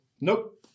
nope